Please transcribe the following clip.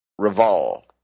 revolve